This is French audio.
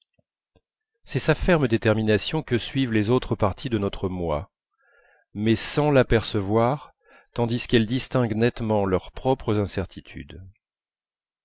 c'est sa ferme détermination que suivent les autres parties de notre moi mais sans l'apercevoir tandis qu'elles distinguent nettement leurs propres incertitudes